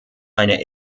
eine